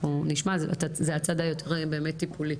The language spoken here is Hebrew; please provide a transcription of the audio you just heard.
זה הצד היותר באמת טיפולי.